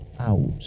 out